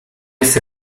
jest